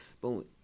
Boom